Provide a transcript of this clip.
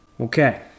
Okay